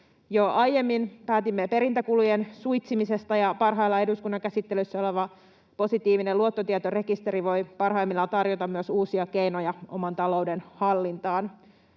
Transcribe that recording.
aiemmin päätimme perintäkulujen suitsimisesta, ja parhaillaan eduskunnan käsittelyssä oleva positiivinen luottotietorekisteri voi parhaimmillaan tarjota myös uusia keinoja oman talouden hallintaan.